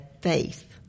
faith